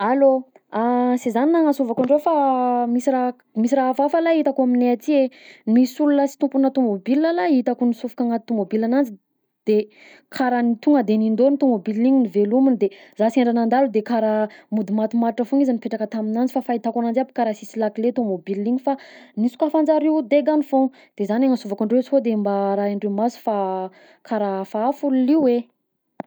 Allô, sy zany nagnansovako andreo, fa misy raha k- misy raha hafahafa lahy hitako amignay aty e misy olona sy tompona tômôbila lahy hitako nisofoka agnaty tômôbile agnazy de karaha ny tonga de nindaony tômôbila igny novelominy de zah sendra nandalo de karaha tonga de matomatotra foagna izy nipetraka tamignanjy, fa ny fahitako ananjy aby kara sisy lakile tômôbile igny fa nisokafanjareo degany foagna, de zany agnansovako andreo sode mba rahindreo maso fa karaha hafahafa i olona io e.